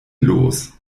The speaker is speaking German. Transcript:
los